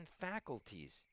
faculties